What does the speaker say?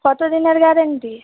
কত দিনের গ্যারান্টি